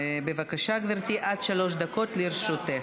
התשע"ח 2018. בבקשה, גברתי, עד שלוש דקות לרשותך.